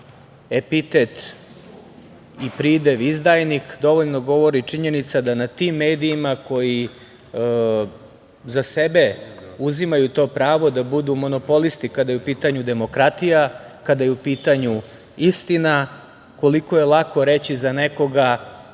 epitet i pridev izdajnik, dovoljno govori činjenica da na tim medijima koji za sebe uzimaju to pravo da budu monopolisti kada je u pitanju demokratija, kada je u pitanju istina, koliko je lako reći za nekoga